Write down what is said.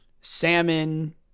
salmon